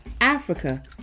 africa